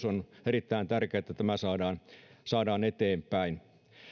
on erittäin tärkeää että tämä kolmostien hämeenkyrön ohitus saadaan eteenpäin